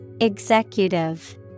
Executive